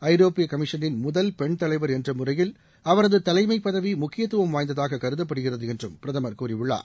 ஐரோப்பிய கமிஷனின் முதல் பெண் தலைவர் என்ற முறையில் அவரது தலைமை பதவி முக்கியத்துவம் வாய்ந்ததாக கருதப்படுகிறது என்றும் பிரதமர் கூறியுள்ளார்